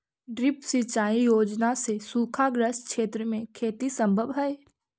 drip सिंचाई योजना से सूखाग्रस्त क्षेत्र में खेती सम्भव हइ